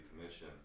commission